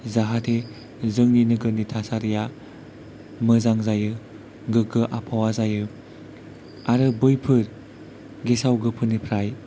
जाहाथे जोंनि नोगोरनि थासारिया मोजां जायो गोगो आबहावा जायो आरो बैफोर गेसाव गोफोननिफ्राय